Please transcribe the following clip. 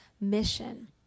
mission